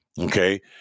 Okay